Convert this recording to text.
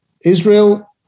Israel